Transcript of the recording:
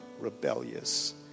rebellious